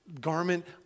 garment